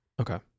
okay